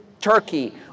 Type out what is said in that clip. Turkey